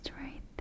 Right